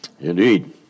Indeed